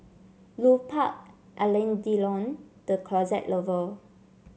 Lupark Alain Delon The Closet Lover